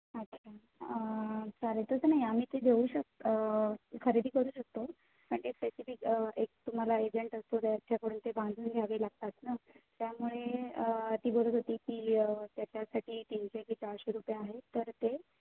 अच्छा चालेल तसं नाही आम्ही ते देऊ शकत् खरेदी करू शकतो पण ते स्पेसिफिक एक तुम्हाला एजंट असतो त्याच्याकडून ते बांधून घ्यावे लागतात ना त्यामुळे ती बोलत होती की त्याच्यासाठी तीनशे की चारशे रुपये आहे तर ते